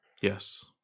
Yes